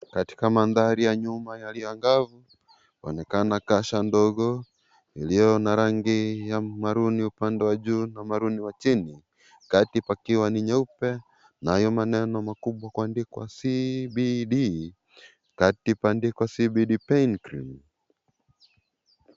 Katika mandhari ya nyuma yaliyo angavu, paonekana kasha ndogo iliyo na rangi ya maruni upande wa juu na maruni wa chini. Kati pakiwa ni nyeupe nayo maneno makubwa kuandikwa CBD , kati paandikwa CBD Pain Cream .